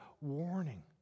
warning